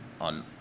on